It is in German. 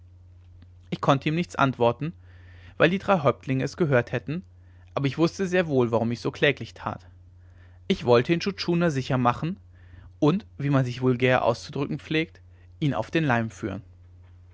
ich konnte ihm nichts antworten weil die drei häuptlinge es gehört hätten aber ich wußte sehr wohl warum ich so kläglich tat ich wollte intschu tschuna sicher machen und wie man sich vulgär auszudrücken pflegt ihn auf den leim führen